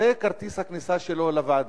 וזה כרטיס הכניסה שלו לוועדה.